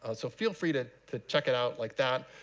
ah so feel free to to check it out like that.